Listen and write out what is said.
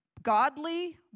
Godly